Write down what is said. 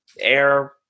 Air